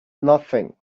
nothing